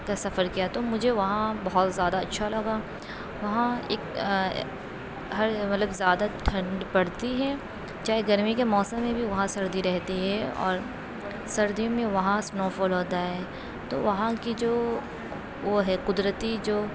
کا سفر کیا تو مجھے وہاں بہت زیادہ اچھا لگا وہاں ایک ہر مطلب زیادہ ٹھنڈ پڑتی ہے چاہے گرمی کے موسم میں بھی وہاں سردی رہتی ہے اور سردیوں میں وہاں سنو فال ہوتا ہے تو وہاں کی جو وہ ہے قدرتی جو